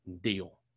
deal